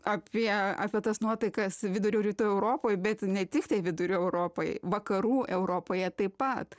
apie apie tas nuotaikas vidurio rytų europoj bet ne tiktai vidurio europoj vakarų europoje taip pat